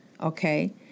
Okay